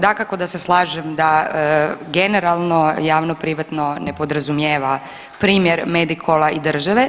Dakako da se slažem da generalno javno privatno ne podrazumijeva primjer Medikola i države.